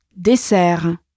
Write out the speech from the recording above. Dessert